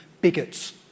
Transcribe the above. bigots